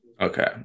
Okay